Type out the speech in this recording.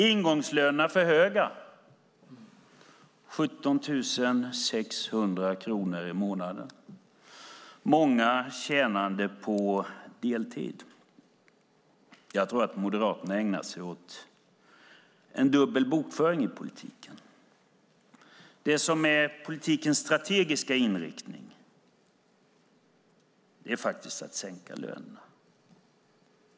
Ingångslönerna är för höga - 17 600 kronor i månaden och många som har deltid! Jag tror att Moderaterna ägnar sig åt dubbel bokföring i politiken. Det som är politikens strategiska inriktning är faktiskt att sänka lönerna.